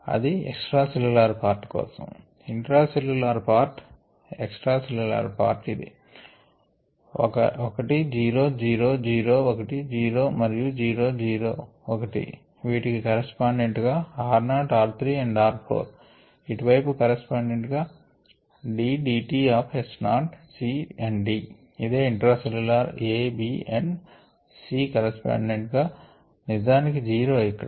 అది extra cellular part కోసం intra cellular part extra cellular part ఇది 1 జీరో జీరో జీరో 1 జీరో మరియు zero zero 1 వీటికి కరెస్పాండిం గా r not r 3 and r 4 ఇటు వైపు కరెస్పాండిం గా d d t of S not C and D అదే intra cellular A B and C corresponding గా నిజానికి జీరో ఇక్కడ